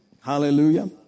Hallelujah